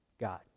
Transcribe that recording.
God